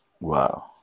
Wow